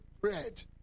bread